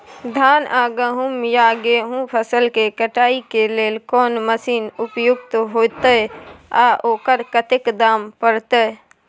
धान आ गहूम या गेहूं फसल के कटाई के लेल कोन मसीन उपयुक्त होतै आ ओकर कतेक दाम परतै?